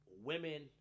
women